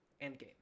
Endgame